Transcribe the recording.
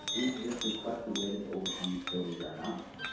is this request related to overtime utilities or not?